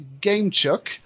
GameChuck